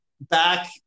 back